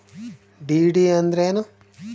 DD ಅಂದ್ರೇನು?